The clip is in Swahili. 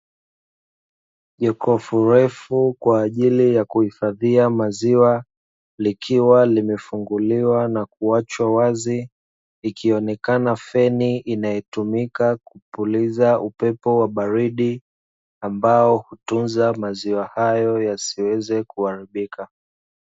Jokofu refu kwa ajili ya kuhifadhia maziwa, likiwa limefunguliwa na kuachwa wazi, ikionekana feni inayotumika kupuliza upepo wa baridi, ambao hutunza maziwa hayo yasiweze kuharibika.